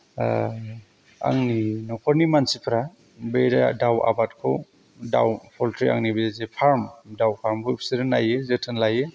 आंनि न'खरनि मानसिफ्रा बे दाव आबादखौ दाव पउल्ट्रि आंनि जे बे फार्म दाव फार्मखौ बिसोरो नायो जोथोन लायो